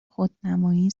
خودنمایی